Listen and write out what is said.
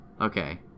Okay